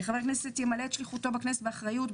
חבר הכנסת ימלא את שליחותו בכנסת באחריות,